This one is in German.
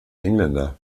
engländer